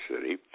City